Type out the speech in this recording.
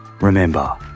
remember